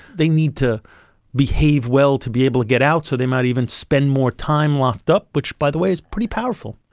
they need to behave well to be able to get out, so they might even spend more time locked up which, by the way, is pretty powerful.